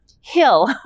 hill